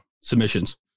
submissions